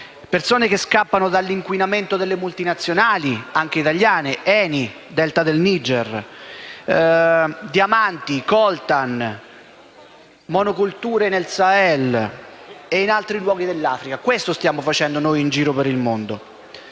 persone che scappano dell'inquinamento delle multinazionali, anche italiane: ad esempio, l'ENI nel Delta del Niger; diamanti, coltan, monocolture nel Sahel e in altri luoghi dell'Africa. Questo stiamo facendo in giro per il mondo.